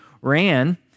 ran